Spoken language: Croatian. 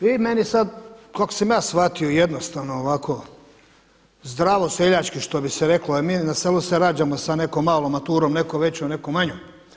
Vi meni sad kako sam ja shvatio jednostavno ovako zdravo seljački što bi se reklo jer mi na selu se rađamo sa nekom malom maturom, netko većom, netko manjom.